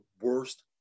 worst